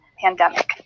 pandemic